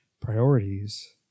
priorities